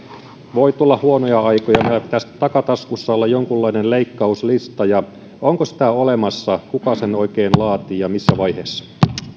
voi tulla huonoja aikoja meillä pitäisi takataskussa olla jonkunlainen leikkauslista onko sitä olemassa kuka sen oikein laatii ja missä vaiheessa